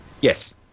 Yes